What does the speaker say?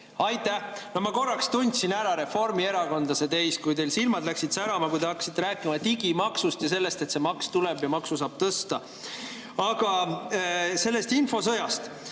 Aitäh! No ma korraks tundsin ära reformierakondlase teis. Teil silmad läksid särama, kui te hakkasite rääkima digimaksust ja sellest, et see maks tuleb ja seda maksu saab tõsta. Aga nüüd sellest infosõjast.